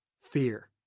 Fear